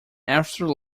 after